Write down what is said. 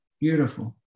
Beautiful